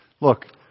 Look